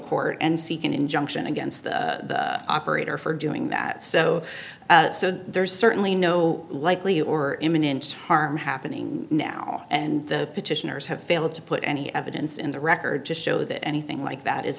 court and seek an injun and against the operator for doing that so so there's certainly no likely or imminent harm happening now and the petitioners have failed to put any evidence in the record to show that anything like that is